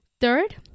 Third